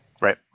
Right